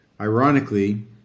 Ironically